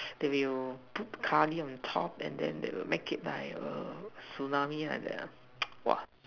they will put Curry on top and then they will make it like a tsunami like that ah !wah!